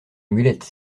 amulette